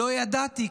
לא ידעתי,